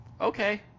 Okay